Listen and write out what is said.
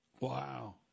Wow